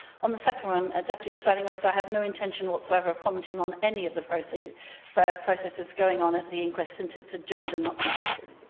on the second one, ah deputy presiding officer, i have no intention whatsoever of commenting on any of the processes but processes going on at the inquest, since it's adjourned and not completed.